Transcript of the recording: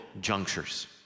junctures